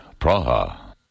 Praha